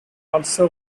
also